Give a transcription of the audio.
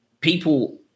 people